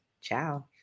Ciao